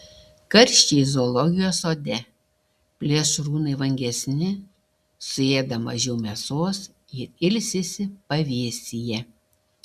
karščiai zoologijos sode plėšrūnai vangesni suėda mažiau mėsos ir ilsisi pavėsyje